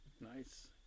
Nice